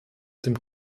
dem